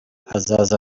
azaza